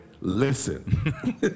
listen